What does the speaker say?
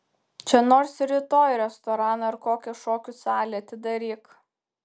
čia nors ir rytoj restoraną ar kokią šokių salę atidaryk